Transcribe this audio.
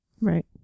Right